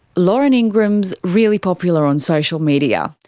lauren ingram's really popular on social media.